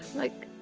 like